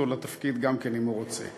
אנחנו נבחן אותו לתפקיד, אם הוא רוצה.